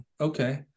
okay